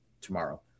tomorrow